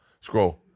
scroll